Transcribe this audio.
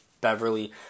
Beverly